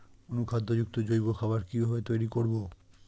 অনুখাদ্য যুক্ত জৈব খাবার কিভাবে তৈরি করব?